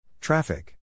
Traffic